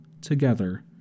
together